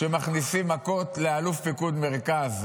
כשמכניסים מכות לאלוף פיקוד מרכז,